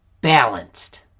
Balanced